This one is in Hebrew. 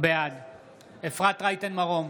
בעד אפרת רייטן מרום,